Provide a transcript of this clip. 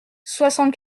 soixante